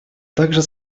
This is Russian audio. также